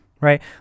right